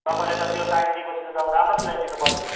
तपाईँले त त्यो टाइम दिएपछि त अब राम्रो सिलाइदिनु पर्यो